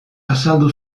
azaldu